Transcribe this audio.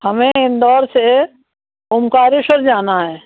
हमें इंदौर से ओमकारेश्वर जाना है